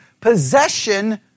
possession